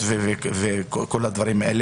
תקנות חדלות פירעון ושיקום כלכלי (תיקון),